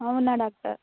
అవునా డాక్టర్